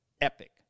epic